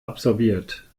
absorbiert